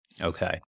Okay